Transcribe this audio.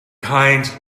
kind